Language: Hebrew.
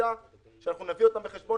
אבל מאחר שאנחנו נמצאים בתקופה